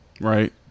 Right